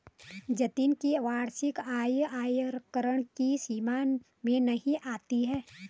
जतिन की वार्षिक आय आयकर की सीमा में नही आती है